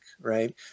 right